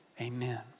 amen